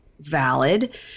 valid